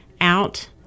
out